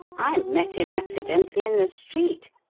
i met him accidentally in the street,